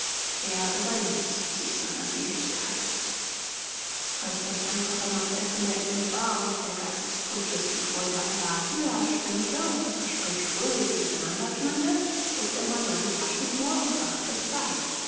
er überließ sich seiner seligkeit als das einfache nachtessen beendet war und der geist des punsches die freude aller höher stimmte und das gespräch fröhlich durch einander tönte zog der major die taschenuhr und sah nach der zeit